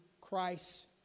Christ